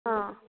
ಹಾಂ